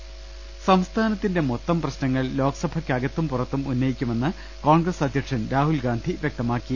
രദ്ദേഷ്ടങ സംസ്ഥാനത്തിന്റെ മൊത്തം പ്രശ്നങ്ങൾ ലോക്സഭക്ക് അകത്തും പുറത്തും ഉന്നയിക്കുമെന്ന് കോൺഗ്രസ് അധ്യക്ഷൻ രാഹുൽഗാന്ധി വ്യക്ത മാക്കി